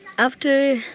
after